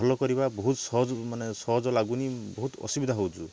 ଭଲ କରିବା ବହୁତ ସହଜ ମାନେ ସହଜ ଲାଗୁନି ବହୁତ ଅସୁବିଧା ହେଉଛୁ